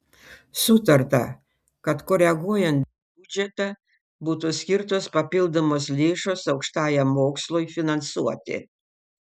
sutarta kad koreguojant biudžetą būtų skirtos papildomos lėšos aukštajam mokslui finansuoti